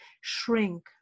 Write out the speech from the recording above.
shrink